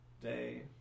day